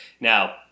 Now